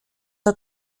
der